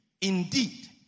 Indeed